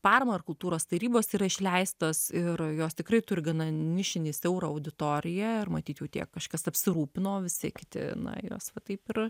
paramą ar kultūros tarybos yra išleistos ir jos tikrai turi gana nišinį siaurą auditoriją ar matyt jau tiek kažkas apsirūpino visi kiti na jos va taip ir